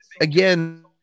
again